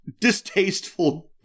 distasteful